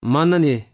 Manani